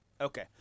Okay